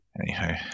Anyhow